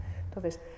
Entonces